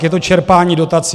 Je to čerpání dotací.